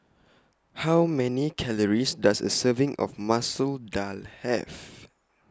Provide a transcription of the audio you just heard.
How Many Calories Does A Serving of Masoor Dal Have